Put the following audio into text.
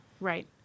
Right